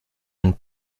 and